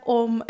om